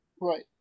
Right